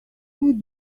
would